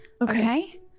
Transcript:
Okay